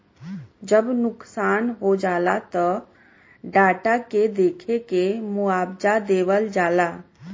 जब नुकसान हो जाला त डाटा से देख के मुआवजा देवल जाला